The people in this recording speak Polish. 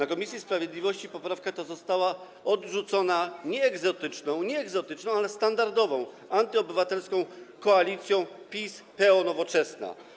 W komisji sprawiedliwości poprawka ta została odrzucona nie egzotyczną, nie egzotyczną, ale standardową antyobywatelską koalicją PiS-PO-Nowoczesna.